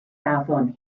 afon